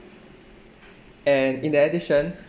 and in the addition